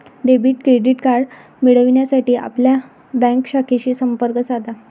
debit credit card मिळविण्यासाठी आपल्या bank शाखेशी संपर्क साधा